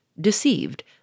deceived